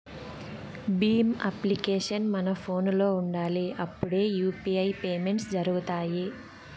Bhim application మన ఫోనులో ఉండాలి అప్పుడే యూ.పీ.ఐ పేమెంట్స్ జరుగుతాయి